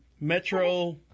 Metro